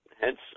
hence